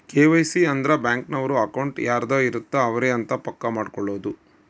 KYC ಅಂದ್ರ bank ನವರು account ಯಾರದ್ ಇರತ್ತ ಅವರೆ ಅಂತ ಪಕ್ಕ ಮಾಡ್ಕೊಳೋದು